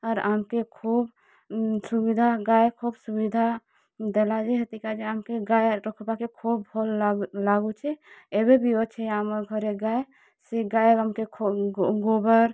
ଆର୍ ଆମ୍କେ ଖୋବ୍ ସୁବିଧା ଗାଈ ଖୋବ୍ ସୁବିଧା ଗାଈ ଦେଲା ଯେ ହେଥିର୍କା'ଯେ ଲାଗି ଆମ୍କେ ଗାଈ ରଖ୍ବାର୍ କେ ଖୋବ୍ ଭଲ୍ ଲାଗୁଛେ ଏବେ ବି ଅଛେ ଆମର୍ ଘରେ ଗାଈ ସେ ଗାଈ ଆମ୍କେ ଗୋବର୍